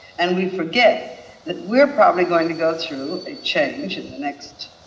and we forget that we're probably going to go through ah change and in the next